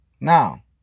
Now